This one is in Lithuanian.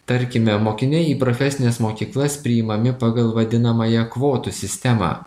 tarkime mokiniai į profesines mokyklas priimami pagal vadinamąją kvotų sistemą